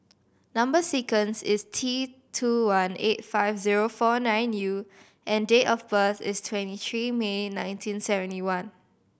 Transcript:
number sequence is T two one eight five zero four nine U and date of birth is twenty three May nineteen seventy one